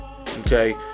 okay